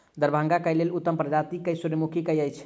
दरभंगा केँ लेल उत्तम प्रजाति केँ सूर्यमुखी केँ अछि?